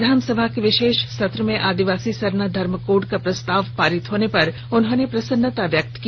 विधानसभा के विशेष सत्र में आदिवासी सरना धर्म कोड का प्रस्ताव पारित होने पर उन्होंने प्रसन्नता व्यक्त की